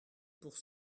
pour